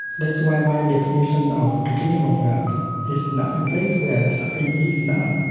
that's why my definition of the kingdom of god is not a place where suffering is not,